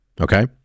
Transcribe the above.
Okay